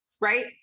right